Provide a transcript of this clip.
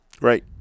Right